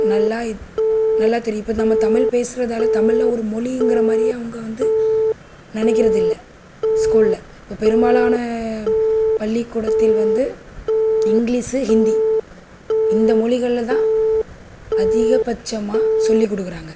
நல்லா இத் நல்லா தெரியும் இப்போ நம்ம தமிழ் பேசுகிறதால தமிழை ஒரு மொழிங்கிற மாதிரியே அவங்க வந்து நினைக்கிறதில்ல ஸ்கூல்ல இப்போ பெரும்பாலான பள்ளிக்கூடத்தில் வந்து இங்கிலீஷு ஹிந்தி இந்த மொழிகள்ல தான் அதிகபட்சமாக சொல்லிக் கொடுக்குறாங்க